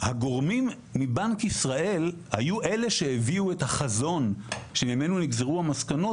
הגורמים מבנק ישראל היו אלו שהביאו את החזון שממנו נגזרו המסקנות,